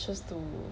choose to